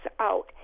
out